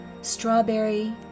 strawberry